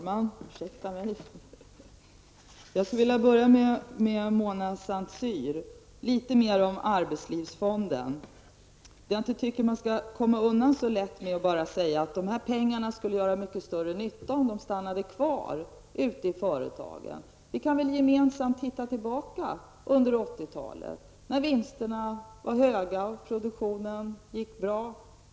Herr talman! Jag vill vända mig till Mona Saint Cyr och frågan om arbetslivsfonden. Jag tycker inte att man skall komma undan så lätt med att bara säga att pengarna skulle göra mer nytta om de stannade kvar i företagen. Vi kan väl gemensamt se tillbaka på 80-talet när vinsterna var höga och produktionen gick bra.